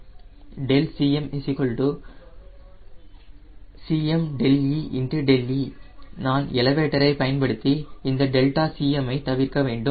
∆Cm Cme δe நான் எலவேட்டரை பயன்படுத்தி இந்த ∆Cm ஐ தவிர்க்க வேண்டும்